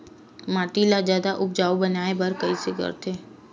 माटी ला जादा उपजाऊ बनाय बर कइसे करथे?